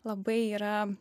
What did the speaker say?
labai yra